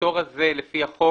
הפטור הזה לפי החוק